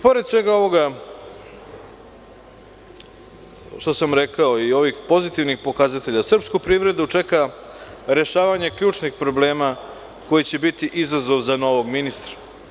Pored svega ovoga što sam rekao i ovih pozitivnih pokazatelja, srpsku privredu čeka rešavanje ključnih problema koji će biti izazov za novog ministra.